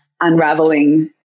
unraveling